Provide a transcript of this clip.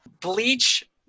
bleach